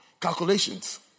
calculations